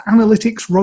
Analytics